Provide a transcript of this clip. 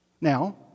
Now